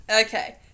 okay